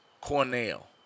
Cornell